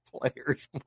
players